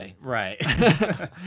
Right